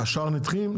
השאר נדחים?